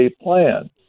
plan